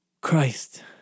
Christ